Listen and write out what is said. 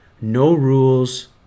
no-rules-